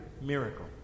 miracle